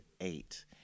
eight